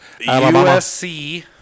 USC